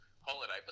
holiday